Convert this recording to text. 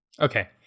Okay